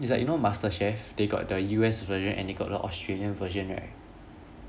it's like you know masterchef they got the U_S version and they got the australian version right